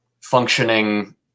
functioning